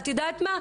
את יודעת מה?